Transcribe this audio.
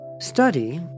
Study